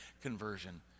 conversion